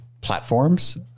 platforms